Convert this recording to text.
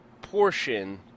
portion